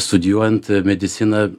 studijuojant mediciną